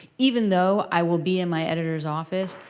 even though i will be in my editor's office